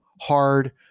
hard